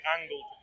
angle